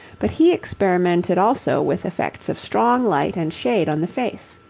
but he experimented also with effects of strong light and shade on the face.